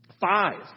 Five